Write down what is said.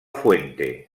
fuente